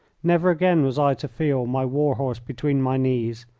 never again was i to feel my war horse between my knees,